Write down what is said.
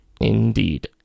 Indeed